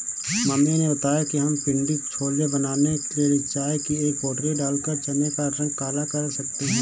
mummy ने बताया कि हम पिण्डी छोले बनाने के लिए चाय की एक पोटली डालकर चने का रंग काला कर सकते हैं